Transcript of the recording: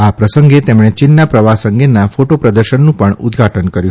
આ પ્રસંગે તેમણે ચીનના પ્રવાસ અંગેના ફોટો પ્રદર્શનનું ઉદ્ઘાટન કર્યું